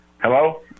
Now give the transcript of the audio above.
hello